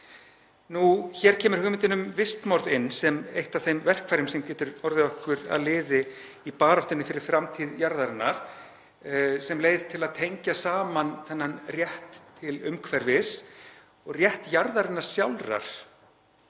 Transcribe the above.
Hér kemur hugmyndin um vistmorð inn sem eitt af þeim verkfærum sem getur orðið okkur að liði í baráttunni fyrir framtíð jarðarinnar, sem leið til að tengja saman þennan rétt til umhverfis og rétt jarðarinnar sjálfrar